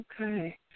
Okay